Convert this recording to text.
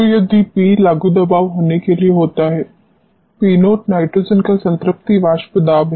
तो यदि P लागू दबाव होने के लिए होता है P0 नाइट्रोजन का संतृप्ति वाष्प दाब है